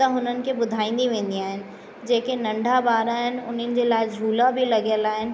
ऐं उन्हनि खे ॿुधाईंदी वेंदी आहियां जेके नंढा ॿार आहिनि उन्हनि जे लाइ झूला बि लॻल आहिनि